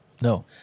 No